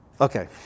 Okay